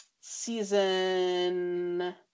season